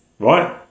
right